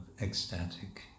ecstatic